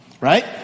right